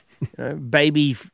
Baby